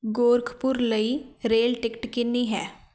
ਗੋਰਖਪੁਰ ਲਈ rail ticket ਕਿੰਨੀ ਹੈ